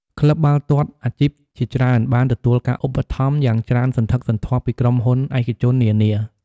ក្លឹបបាល់ទាត់អាជីពជាច្រើនបានទទួលការឧបត្ថម្ភយ៉ាងច្រើនសន្ធឹកសន្ធាប់ពីក្រុមហ៊ុនឯកជននានា។